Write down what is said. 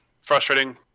Frustrating